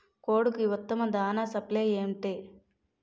కోడికి ఉత్తమ దాణ సప్లై ఏమిటి?